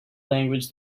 language